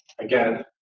again